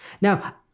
Now